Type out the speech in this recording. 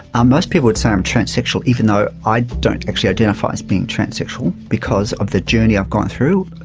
ah most people would say i am transsexual even though i don't actually identify as being transsexual because of the journey i've gone through.